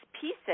pieces